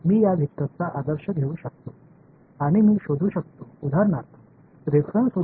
எனவே இவைகளை நான் விதிமுறை என்று சொல்லும்போது வேறு வழியின் இரண்டு விதிமுறைகளையும் எடுத்துக்கொள்கிறேன்